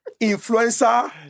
influencer